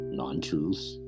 non-truths